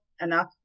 enough